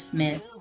Smith